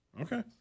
Okay